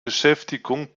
beschäftigung